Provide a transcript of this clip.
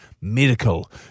medical